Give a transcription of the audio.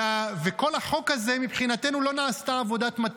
ובכל החוק הזה, מבחינתנו לא נעשתה עבודת מטה.